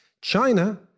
China